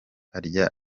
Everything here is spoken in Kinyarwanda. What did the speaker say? arya